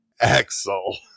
axel